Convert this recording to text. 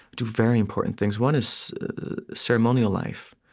two very important things. one is ceremonial life.